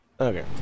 okay